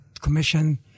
commission